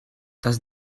does